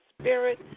spirit